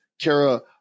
Kara